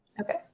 Okay